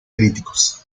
críticos